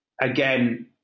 Again